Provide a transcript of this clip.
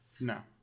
No